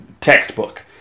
textbook